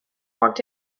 walked